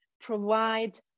provide